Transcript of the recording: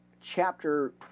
chapter